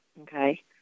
okay